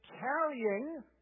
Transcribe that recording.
carrying